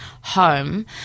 home